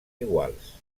iguals